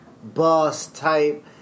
Boss-type